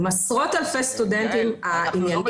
עם עשרות אלפי סטודנטים העניינים מתנהלים כמו שצריך ובהתאם להנחיות.